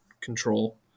Control